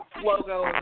logo